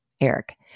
Eric